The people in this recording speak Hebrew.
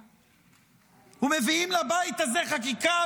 ומביאים לבית הזה חקיקה,